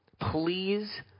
Please